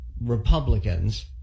Republicans